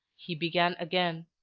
he began again.